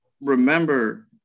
remember